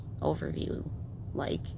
overview-like